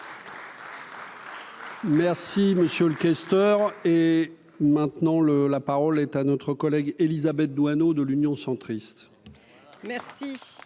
Merci monsieur le questeur et. Maintenant le la parole est à notre collègue Élisabeth Doineau de l'Union centriste.